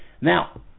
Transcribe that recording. Now